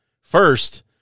First